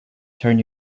turn